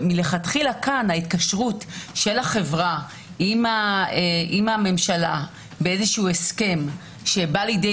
מלכתחילה כאן ההתקשרות של החברה עם הממשלה באיזשהו הסכם שבא לידי